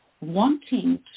wanting